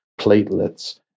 platelets